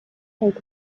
take